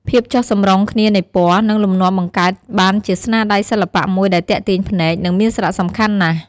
ភាពចុះសម្រុងគ្នានៃពណ៌ និងលំនាំបង្កើតបានជាស្នាដៃសិល្បៈមួយដែលទាក់ទាញភ្នែក និងមានសារៈសំខាន់ណាស់។